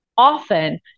often